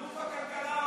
אלוף הכלכלה העולמית.